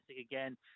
again